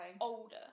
older